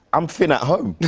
i'm finn at home. yeah.